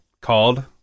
called